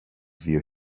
δύο